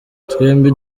twembi